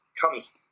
comes